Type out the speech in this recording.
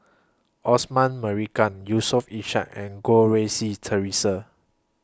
Osman Merican Yusof Ishak and Goh Rui Si Theresa